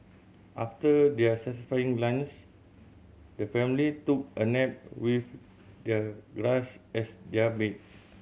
after their satisfying the family took a nap with the grass as their bed